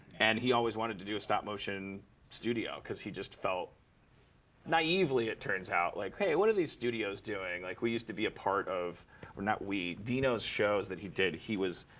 and he always wanted to do a stop-motion studio. because he just felt naively, it turns out like, hey what are these studios doing? like, we used to be a part of not we dino's shows that he did, he was